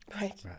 Right